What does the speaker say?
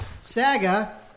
Saga